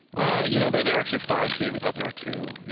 ah you know they're they're actually five feet. we thought they were two,